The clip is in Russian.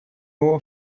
его